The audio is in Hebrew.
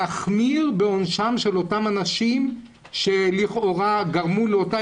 להחמיר בעונשם של אותם אנשים שלכאורה גרמו לאותה